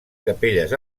capelles